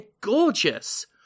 gorgeous